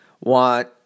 want